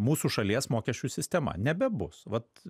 mūsų šalies mokesčių sistema nebebus vat